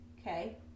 Okay